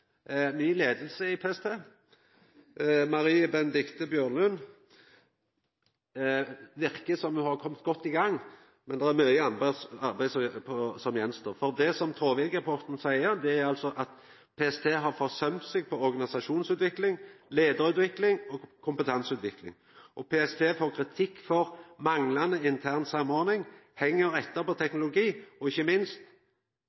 ny leiing i PST, Marie Benedicte Bjørnland. Det verkar som om ho har kome godt i gang, men det er mykje arbeid som står att. Traavik-rapporten seier at PST har forsømt seg innan organisasjons-, leiar- og kompetanseutvikling. PST får kritikk for manglande intern samordning, ein heng etter på